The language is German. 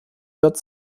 wird